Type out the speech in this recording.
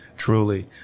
Truly